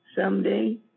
someday